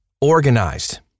organized